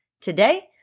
Today